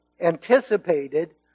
anticipated